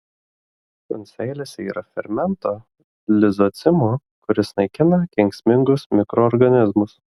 šuns seilėse yra fermento lizocimo kuris naikina kenksmingus mikroorganizmus